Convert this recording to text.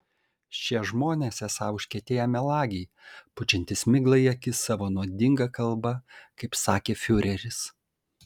šie žmonės esą užkietėję melagiai pučiantys miglą į akis savo nuodinga kalba kaip sakė fiureris